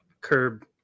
curb